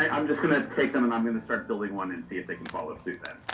i'm just going to take them and i'm going to start building one and see if they can follow suit then.